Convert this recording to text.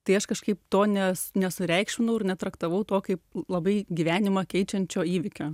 tai aš kažkaip to ne nesureikšminau ir netraktavau to kaip labai gyvenimą keičiančio įvykio